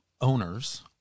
owners